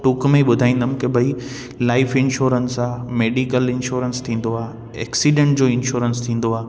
टूक में ई ॿुधाईंदुमि की भई लाइफ इंश्योरेंस आ मेडिकल इंश्योरेंस थींदो आहे एक्सीडेंट जो इंश्योरेंस थींदो आहे